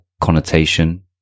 connotation